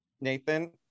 Nathan